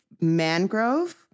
Mangrove